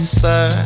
sir